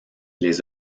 les